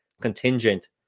contingent